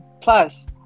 Plus